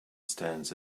stands